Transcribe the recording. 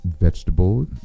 vegetable